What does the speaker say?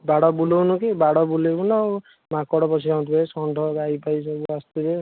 ବାଡ଼ ବୁଲାଉନୁ କି ବାଡ଼ ବୁଲାଇବୁ ନା ଆଉ ମାଙ୍କଡ଼ ପଶି ଯାଉଥିବେ ଷଣ୍ଢ ଗାଈ ଫାଇ ସବୁ ଆସୁଥିବେ